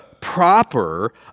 proper